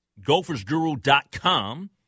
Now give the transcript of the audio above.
GophersGuru.com